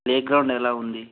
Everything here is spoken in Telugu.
ప్లే గ్రౌండ్ ఎలా ఉంది